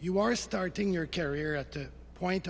you are starting your carrier at the point